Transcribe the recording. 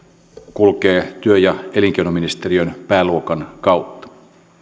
kulkee työ ja elinkeinoministeriön pääluokan kautta